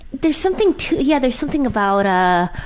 there's something to. yeah, there's something about ah